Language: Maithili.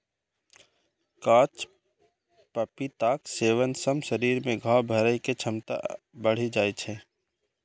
कांच पपीताक सेवन सं शरीर मे घाव भरै के क्षमता बढ़ि जाइ छै